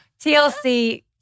TLC